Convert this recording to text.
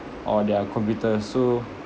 or their computer so